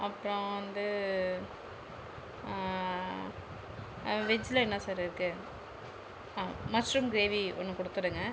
அப்பறோம் வந்து வெஜ்ல என்ன சார் இருக்குது மஷ்ரூம் க்ரேவி ஒன்று கொடுத்துடுங்க